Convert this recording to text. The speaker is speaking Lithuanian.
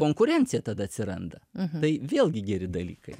konkurencija tada atsiranda tai vėlgi geri dalykai